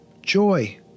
joy